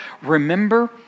Remember